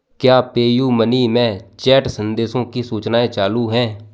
क्या Pay U Money में chat संदेशों की सूचनाएँ चालू हैं